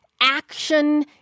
action